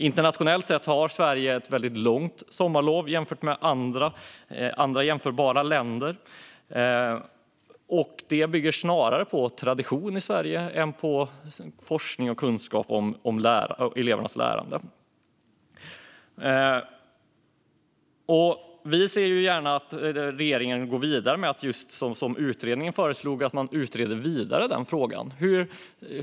Sverige har ett långt sommarlov i relation till jämförbara länder, och det bygger snarare på svensk tradition än på forskning och kunskap om elevernas lärande. Vi ser gärna att regeringen gör som utredningen föreslår och utreder frågan vidare.